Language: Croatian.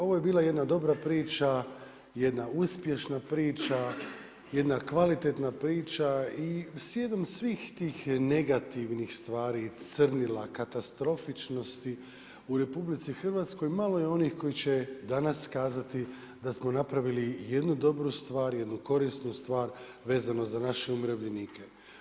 Ovo je bila jedna dobra priča, jedna uspješna priča, jedna kvalitetna priča i slijedom svih tih negativnih stvari, crnila, katastrofičnosti u RH malo je onih koji će danas kazati da smo napravili jednu dobru stvar, jednu korisnu stvar vezano za naše umirovljenike.